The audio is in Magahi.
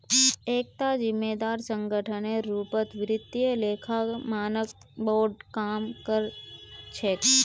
एकता जिम्मेदार संगठनेर रूपत वित्तीय लेखा मानक बोर्ड काम कर छेक